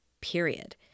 period